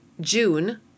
June